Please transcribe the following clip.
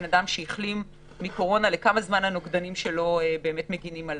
בן אדם שהחלים מקורונה באמת מגינים עליו.